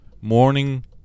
morning